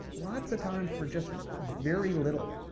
lots of times for just very little,